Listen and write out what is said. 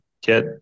get